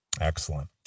Excellent